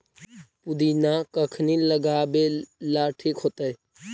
पुदिना कखिनी लगावेला ठिक होतइ?